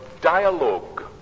dialogue